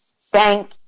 Thank